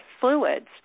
fluids